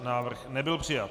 Návrh nebyl přijat.